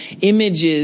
images